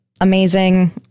Amazing